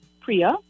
Priya